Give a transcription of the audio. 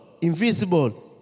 invisible